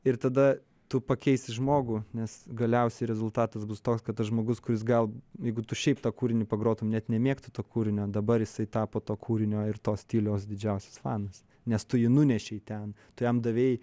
ir tada tu pakeisi žmogų nes galiausiai rezultatas bus toks kad tas žmogus kuris gal jeigu tu šiaip tą kūrinį pagrotum net nemėgtų to kūrinio dabar jisai tapo to kūrinio ir tos tylios didžiausias fanas nes tu jį nunešei ten tu jam davei